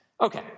Okay